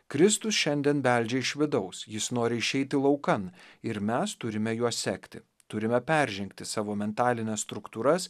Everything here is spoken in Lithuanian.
kristus šiandien beldžia iš vidaus jis nori išeiti laukan ir mes turime juo sekti turime peržengti savo mentalines struktūras